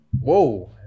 Whoa